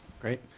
Great